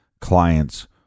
clients